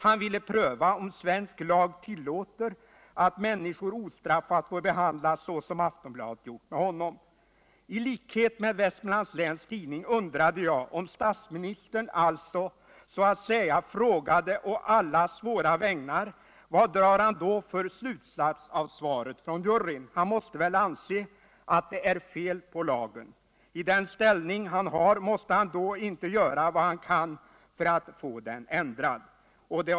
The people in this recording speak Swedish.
Han ville pröva om svensk lag tillåter att människor ostraffat får behandlas så som Aftonbladet gjort med honom. I likhet med Vestmanlands Läns Tidning undrade jag om statsministern alltså frågade å allas våra vägnar. Vad drar han då för slutsats av svaret från juryn? Han måste väl anse att det är fel på lagen, och måste han då inte i den ställning han har göra vad han kan för att få den ändrad?